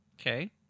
Okay